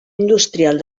industrial